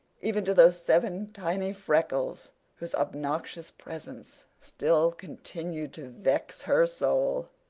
even to those seven tiny freckles whose obnoxious presence still continued to vex her soul.